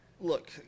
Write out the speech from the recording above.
Look